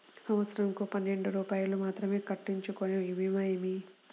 సంవత్సరంకు పన్నెండు రూపాయలు మాత్రమే కట్టించుకొనే భీమా పేరు?